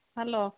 hello